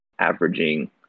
averaging